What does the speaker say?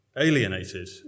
alienated